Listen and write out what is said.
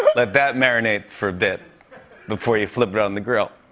let that marinate for a bit before you flip it on the grill.